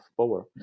power